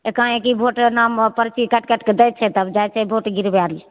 एकाकी वोट नाम पर्ची पर्ची काटिके दै छै तब जाए छै गिरबय लए